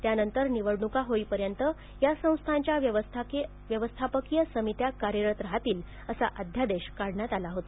त्यानंतर निवडण्का होईपर्यंत या संस्थांच्या व्यवस्थापकीय समित्या कार्यरत राहतील असा अध्यादेश काढण्यात आला होता